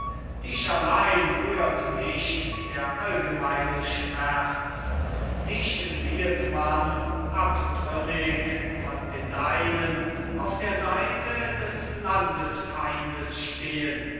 dich allein rührt nicht der allgemeine schmerz dich siehet man abtrünnig von den deinen auf der seite des landesfeindes stehen